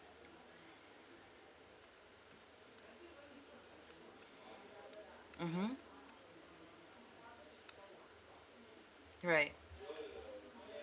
mmhmm right